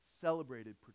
celebrated